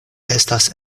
estas